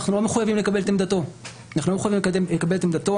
אנחנו לא מחויבים לקבל את עמדתו,